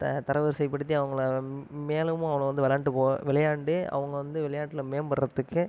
த தரவரிசை படுத்தி அவங்கள மேலும் அவங்கள விளையாண்டு போக விளையாண்டு அவங்க வந்து விளையாட்டில் மேம்படுகிறதுக்கு